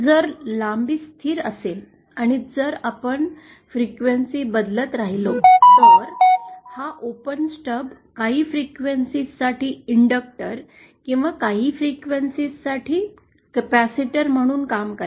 जर लांबी स्थिर असेल आणि जर आपण वारंवारता बदलत राहिलो तर हा खुला स्टब काही फ्रिक्वेन्सीस साठी इंडक्टर किंवा काही फ्रिक्वेन्सीस साठी कपॅसिटर म्हणून काम करेल